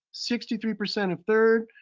sixty three percent of third,